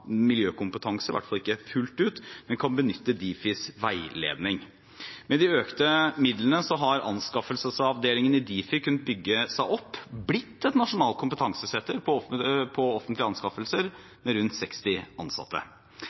miljøkompetanse, i hvert fall ikke fullt ut, men kan benytte seg av Difis veiledning. Med de økte midlene har anskaffelsesavdelingen i Difi kunnet bygge seg opp og har blitt et nasjonalt kompetansesenter på offentlige anskaffelser, med rundt 60 ansatte.